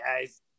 guys